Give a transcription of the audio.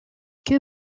que